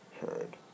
heard